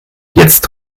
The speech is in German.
jetzt